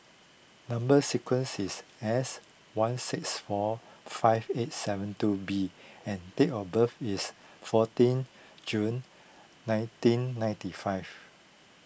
Number Sequence is S one six four five eight seven two B and date of birth is fourteen June nineteen ninety five